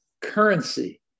currency